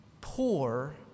poor